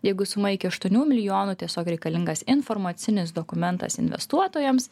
jeigu suma iki aštuonių milijonų tiesiog reikalingas informacinis dokumentas investuotojams